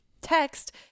text